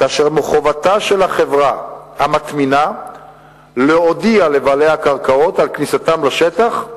כאשר מחובתה של החברה המטמינה להודיע לבעלי הקרקעות על כניסתם לשטח,